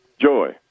joy